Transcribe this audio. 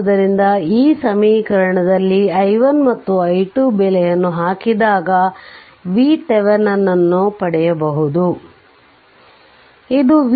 ಆದ್ದರಿಂದ ಈ ಸಮೀಕರಣದಲ್ಲಿ i1 ಮತ್ತು i2 ಬೆಲೆಯನ್ನು ಹಾಕಿದಾಗ VThevenin ನ್ನು ಪಡೆಯಬಹುದು